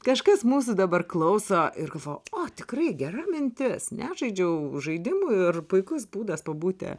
kažkas mūsų dabar klauso ir galvoja o tikrai gera mintis nežaidžiau žaidimų ir puikus būdas pabūti